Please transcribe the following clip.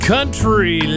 Country